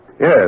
Yes